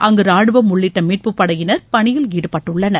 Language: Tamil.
அங்கு ராணுவம் உள்ளிட்ட மீட்புப் படையினர் பணியில் ஈடுபட்டுள்ளனர்